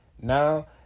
Now